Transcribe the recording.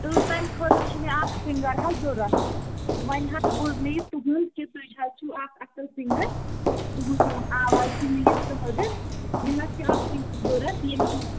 تہٕ تَمہِ خٲطرٕ چھُ مےٚ اَکھ سِنٛگَر حظ ضروٗرت وۄنۍ حظ بوٗز مےٚ یہِ تُہنٛد کہِ تُہۍ حظ چھُو اَکھ اصٕل سِنٛگَر تہٕ تُہنٛز آواز چھِ میٖٹھ تہٕ مٔدٕر مےٚ حظ چھُ اکھ سِنٛگر ضروٗرت ییٚمہِ